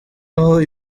aho